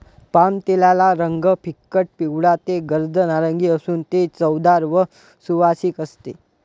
पामतेलाचा रंग फिकट पिवळा ते गर्द नारिंगी असून ते चवदार व सुवासिक असते